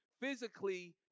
physically